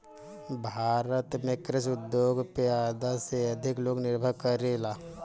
भारत में कृषि उद्योग पे आधा से अधिक लोग निर्भर करेला